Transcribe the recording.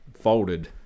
folded